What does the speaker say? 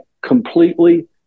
completely